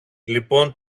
λοιπόν